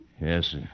Yes